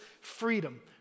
freedom